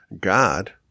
God